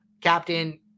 captain